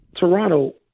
Toronto